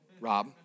Rob